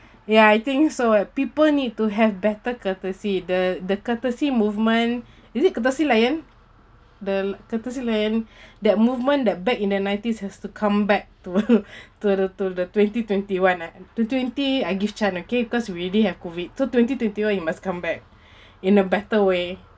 ya I think so people need to have better courtesy the the courtesy movement is it courtesy lion the courtesy lion that movement that back in the nineties has to come back to to the to the twenty twenty one ah to twenty I give chance okay cause we already have COVID so twenty twenty one you must come back in a better way